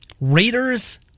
Raiders